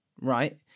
Right